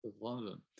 London